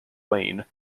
wayne